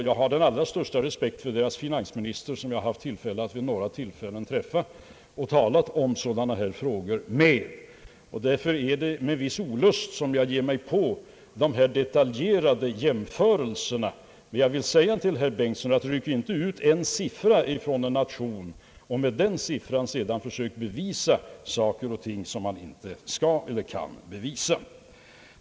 Jag har den allra största respekt för deras finansminister, som jag har träffat vid några tillfällen och talat med om sådana här frågor. Därför är det med en viss olust som jag ger mig in på detaljerade jämförelser. Herr Bengtson bör emellertid inte rycka ut en siffra från en nations statistik och med den siffran sedan försöka bevisa saker och ting, som man inte skall eller kan bevisa.